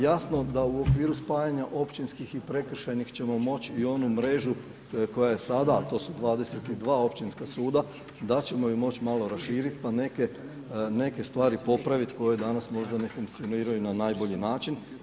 Jasno da u okviru spajanja općinskih i prekršajnih ćemo moći i onu mrežu koja je sada, a to su 22 općinska suda, da ćemo ju moći malo raširiti, pa neke stvari popraviti, koje danas možda ne funkcioniraju na najbolji način.